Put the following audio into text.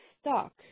stuck